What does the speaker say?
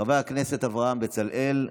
חבר הכנסת אברהם בצלאל,